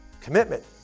Commitment